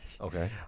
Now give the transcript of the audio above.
okay